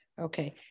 Okay